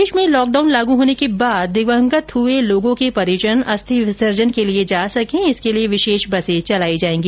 प्रदेश में लॉकडाउन लागू होने के बाद दिवंगत हुए लोगों के परिजन अस्थि विसर्जन के लिए जा सकें इसके लिए विशेष बसें चलाई जाएगी